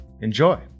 Enjoy